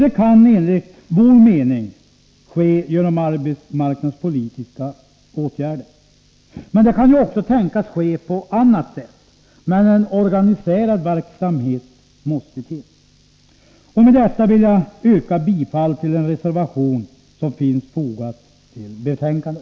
Det kan, enligt vår mening, ske genom arbetsmarknadspolitiska åtgärder. Det kan också tänkas ske på annat sätt, men en organiserad verksamhet måste till. Med detta vill jag yrka bifall till den reservation som finns fogad till detta betänkande.